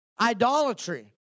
idolatry